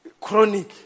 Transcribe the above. Chronic